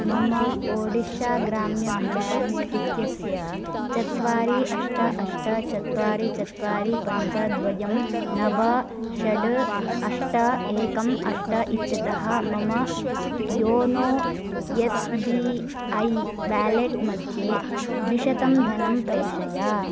मम ओडिशाग्राम्यबैङ्क् इत्यस्य चत्वारि अष्ट अष्ट चत्वारि चत्वारि पञ्च द्वयं नव षट् अष्ट एकम् अष्ट इत्यतः मम YONO S B I wallet मध्ये द्विशतं धनं प्रेषय